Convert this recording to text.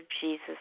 Jesus